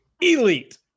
Elite